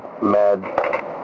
mad